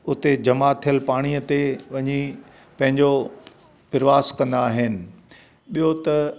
उते जमा थियलु पाणीअ ते वञी पंहिंजो प्रवास कंदा आहिनि ॿियों त